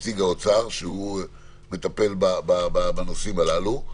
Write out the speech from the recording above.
נציג משרד האוצר שמטפל בנושאים הללו.